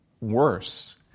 Worse